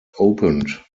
opened